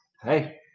hey